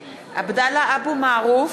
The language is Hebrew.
(קוראת בשמות חברי הכנסת) עבדאללה אבו מערוף,